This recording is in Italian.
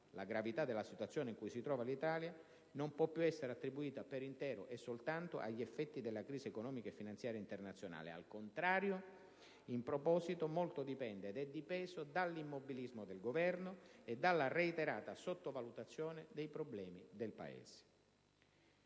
La gravità della situazione in cui si trova l'Italia non può più essere attribuita per intero e soltanto agli effetti della crisi economica e finanziaria internazionale. Al contrario, in proposito, molto dipende, ed è dipeso, dall'immobilismo del Governo e dalla reiterata sottovalutazione dei problemi del Paese.